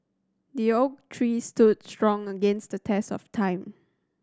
the oak tree stood strong against the test of time